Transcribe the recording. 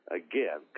again